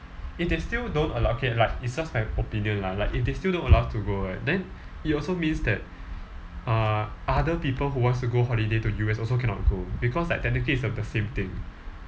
if they still don't allow K like it's just my opinion lah like if they still don't allow us to go right then it also means that uh other people who wants to go holiday to U_S also cannot go because like technically it's the same thing